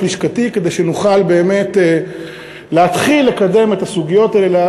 לשכתי כדי שנוכל באמת להתחיל לקדם את הסוגיות האלה,